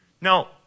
Now